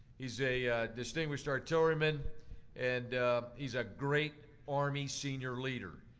he's a distinguished artilleryman and he's a great army senior leader.